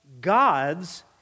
God's